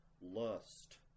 lust